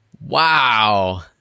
Wow